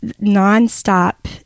non-stop